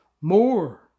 more